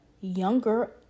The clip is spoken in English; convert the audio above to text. younger